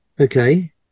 okay